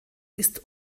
ist